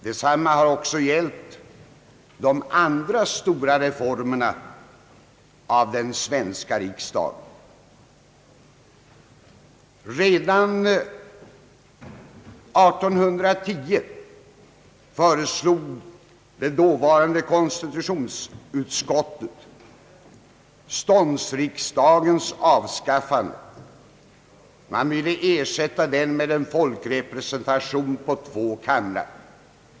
Detsamma har också gällt de andra stora reformerna av den svenska riksdagen. Redan år 1810 föreslog det dåvarande konstitutionsutskottet ståndsriksdagens avskaffande. Man ville ersätta den med en folkrepresentation på två kamrar.